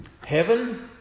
heaven